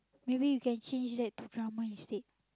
maybe you can change that to drama instead